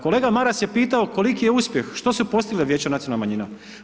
Kolega Maras je pitao koliki je uspjeh, što se postigle Vijeće nacionalnih manjina.